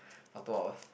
for two hours